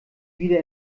wieder